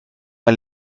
ein